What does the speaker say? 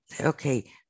Okay